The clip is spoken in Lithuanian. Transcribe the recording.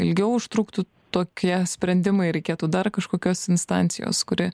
ilgiau užtruktų tokie sprendimai reikėtų dar kažkokios instancijos kuri